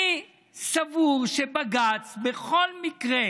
אני סבור שבג"ץ בכל מקרה,